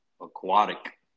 aquatic